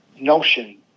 notion